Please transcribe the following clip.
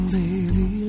baby